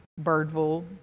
Birdville